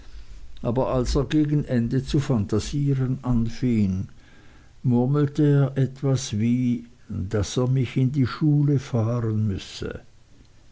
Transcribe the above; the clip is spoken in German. aber als er gegen ende zu phantasieren anfing murmelte er etwas wie daß er mich in die schule fahren müsse